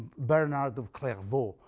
bernard of clairvaux,